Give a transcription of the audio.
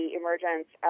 emergence